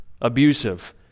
abusive